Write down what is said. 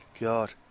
God